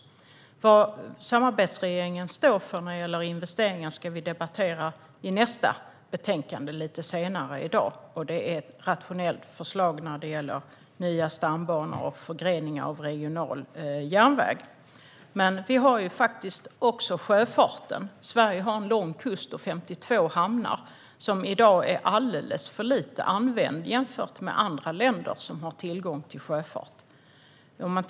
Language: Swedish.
Vad samarbetsregeringen står för i fråga om investeringar ska vi debattera i samband med nästa betänkande, lite senare i dag. Det är ett rationellt förslag när det gäller nya stambanor och förgreningar av regional järnväg. Vi har också sjöfarten. Sverige har en lång kust och 52 hamnar, som i dag används alldeles för lite jämfört med andra länder som har tillgång till sjöfart.